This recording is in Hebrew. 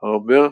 תלפיות.